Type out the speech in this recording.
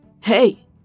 Hey